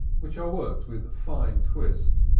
which are worked with fine twist.